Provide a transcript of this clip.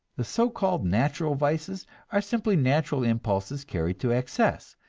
the so-called natural vices are simply natural impulses carried to excess,